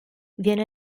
viene